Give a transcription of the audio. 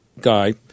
guy